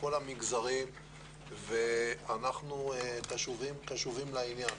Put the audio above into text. בכל המגזרים ואנחנו קשובים לעניין.